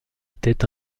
était